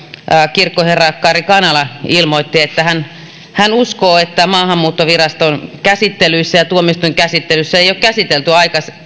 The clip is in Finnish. kirkkoherra kari kanala ilmoitti että hän hän uskoo että maahanmuuttoviraston käsittelyssä ja tuomioistuinkäsittelyssä ei ole käsitelty